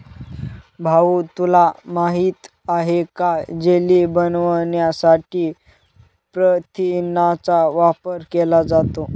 भाऊ तुला माहित आहे का जेली बनवण्यासाठी प्रथिनांचा वापर केला जातो